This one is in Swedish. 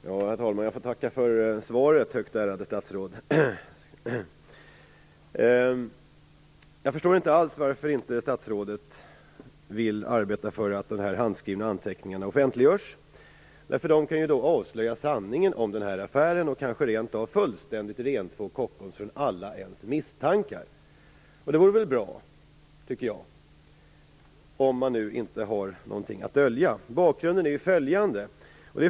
Herr talman! Jag får tacka för svaret, högt ärade statsråd. Jag förstår inte alls varför inte statsrådet vill arbeta för att de här handskrivna anteckningarna offentliggörs. De kan ju avslöja sanningen om den här affären och kanske rent av fullständigt rentvå Kockums från alla misstankar. Det vore väl bra, om man nu inte har någonting att dölja. Bakgrunden är följande.